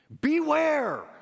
Beware